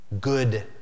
Good